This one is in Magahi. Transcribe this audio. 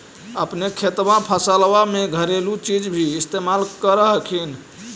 अपने खेतबा फसल्बा मे घरेलू चीज भी इस्तेमल कर हखिन?